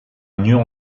mieux